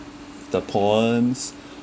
the poems